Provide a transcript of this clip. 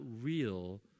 real